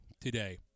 today